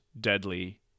deadly